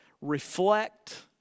reflect